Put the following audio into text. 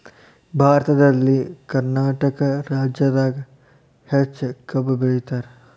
ಭಾರತದಲ್ಲಿ ಕರ್ನಾಟಕ ರಾಜ್ಯದಾಗ ಹೆಚ್ಚ ಕಬ್ಬ್ ಬೆಳಿತಾರ